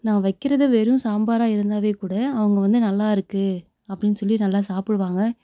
நான் வைக்கிறது வெறும் சாம்பாராக இருந்தால் கூட அவங்க வந்து நல்லா இருக்கு அப்படினு சொல்லி நல்லா சாப்பிடுவாங்க